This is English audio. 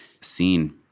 scene